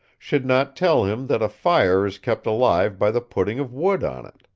should not tell him that a fire is kept alive by the putting of wood on it.